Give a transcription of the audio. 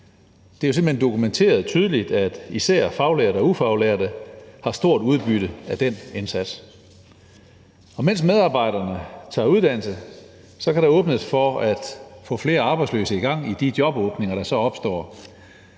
Det er jo simpelt hen dokumenteret tydeligt, at især faglærte og ufaglærte har stort udbytte af den indsats. Og mens medarbejderne tager uddannelse, kan der åbnes for at få flere arbejdsløse i gang i de jobåbninger, der så opstår.